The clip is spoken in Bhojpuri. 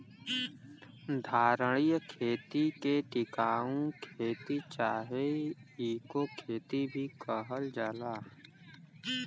धारणीय खेती के टिकाऊ खेती चाहे इको खेती भी कहल जाला